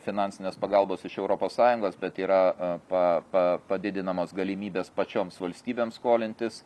finansinės pagalbos iš europos sąjungos bet yra pa pa padidinamos galimybės pačioms valstybėms skolintis